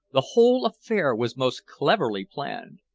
the whole affair was most cleverly planned.